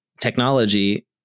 technology